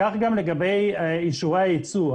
כך גם לגבי אישורי היצוא.